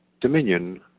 dominion